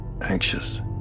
Anxious